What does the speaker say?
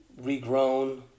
regrown